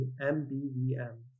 MBVM